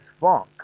funk